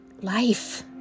life